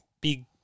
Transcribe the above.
big